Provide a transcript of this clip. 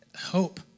hope